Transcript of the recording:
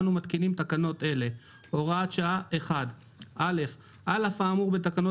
אנו מתקינים תקנות אלה: תקנה 1 הוראות שעה (א)על אף האמור בתקנות